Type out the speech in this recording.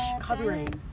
Covering